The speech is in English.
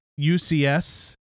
UCS